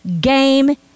game